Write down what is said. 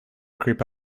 creep